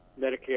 Medicare